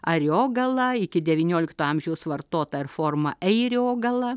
ariogala iki devyniolikto amžiaus vartota ir forma eiriogala